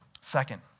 Second